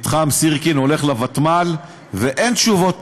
מתחם סירקין הולך לוותמ"ל, ואין תשובות